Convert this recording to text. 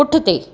पुठिते